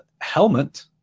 Helmet